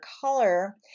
color